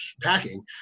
packing